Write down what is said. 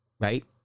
right